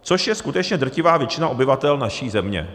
Což je skutečně drtivá většina obyvatel naší země.